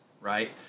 right